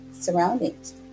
surroundings